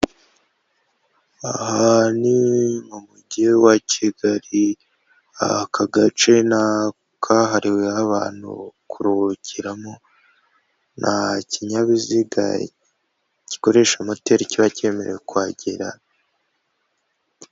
Aha ni mu mujyi wa kigali, aka gace ni akahariweho abantu kuruhukiramo, nta kinyabiziga gikoresha moteri kiba cyemerewe kuhagera.